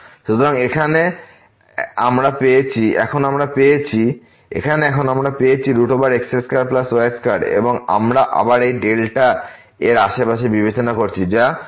সুতরাং এখানে এখন আমরা পেয়েছি x2y2 এবং আমরা আবার এই ডেল্টা এর এই আশেপাশে বিবেচনা করেছি যা 22δ